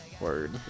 Word